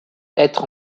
être